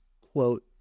quote